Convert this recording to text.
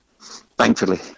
thankfully